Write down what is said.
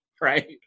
right